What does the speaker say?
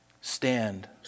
stand